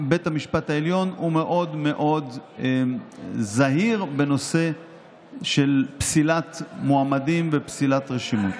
בית המשפט העליון הוא מאוד מאוד זהיר בנושא של פסילת מועמדים ורשימות.